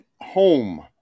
home